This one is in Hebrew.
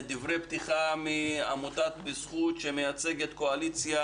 ודברי פתיחה של עמותת "בזכות" שמייצגת קואליציה